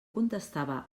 contestava